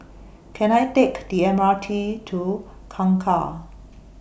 Can I Take The M R T to Kangkar